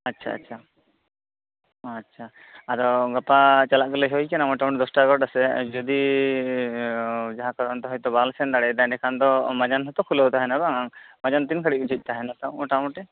ᱟᱪᱪᱷᱟ ᱟᱪᱪᱷᱟ ᱟᱪᱪᱷᱟ ᱟᱫᱚ ᱜᱟᱯᱟ ᱪᱟᱞᱟᱜ ᱜᱮ ᱞᱟ ᱭ ᱦᱩᱭᱟᱠᱟᱱᱟ ᱢᱚᱴᱟ ᱢᱩᱴᱤ ᱫᱚᱥᱴᱟ ᱮᱜᱟᱨᱚᱴᱟ ᱥᱮᱫ ᱡᱩᱫᱤ ᱡᱟᱦᱟᱸ ᱠᱟᱨᱚᱱ ᱛᱮ ᱵᱟᱝᱞᱮ ᱥᱮᱱ ᱫᱟᱲᱮᱭᱟᱫᱟ ᱮᱱᱰᱮ ᱠᱷᱟᱱ ᱫᱚ ᱢᱟᱡᱟᱱ ᱦᱚᱸᱛᱚ ᱠᱷᱩᱞᱟ ᱣ ᱛᱟᱦᱮᱱᱟ ᱵᱟᱝ ᱢᱟᱡᱟᱱ ᱛᱤᱱ ᱜᱷᱟᱲᱤᱠ ᱡᱷᱤᱡ ᱛᱟᱦᱮᱱᱟ ᱢᱚᱴᱟ ᱢᱩᱴᱤ